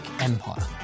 empire